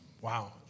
wow